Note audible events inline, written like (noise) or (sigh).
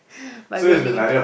(laughs) but really